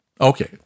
Okay